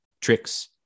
tricks